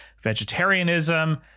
vegetarianism